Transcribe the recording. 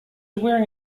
wearing